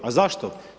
A zašto?